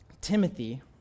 Timothy